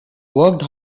worked